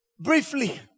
briefly